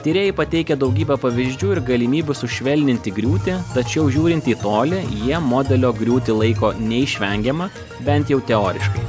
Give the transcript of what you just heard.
tyrėjai pateikia daugybę pavyzdžių ir galimybių sušvelninti griūtį tačiau žiūrint į tolį jie modelio griūtį laiko neišvengiama bent jau teoriškai